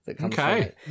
Okay